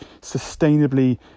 sustainably